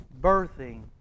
Birthing